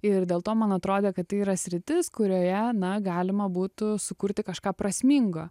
ir dėl to man atrodė kad tai yra sritis kurioje na galima būtų sukurti kažką prasmingo